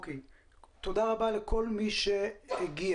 תודה רבה לכל מי שהגיע,